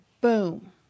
boom